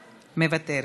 מוותרת,